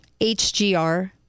HGR